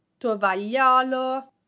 tovagliolo